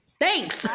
Thanks